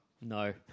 No